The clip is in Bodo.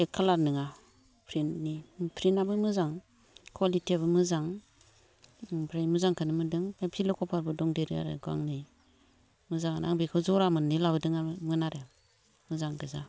एक कालार नङा प्रिन्टनि प्रिन्टबो मोजां कुवालिटि आबो मोजां ओमफ्राय मोजांखोनो मोनदों ओमफ्राय पिल'कभारबो दंदेरो आरो गांनै मोजाङानो आं बेखौ जरा मोननै लादों मोन आरो मोजां गोजा